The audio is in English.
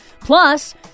Plus